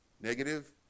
negative